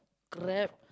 Grab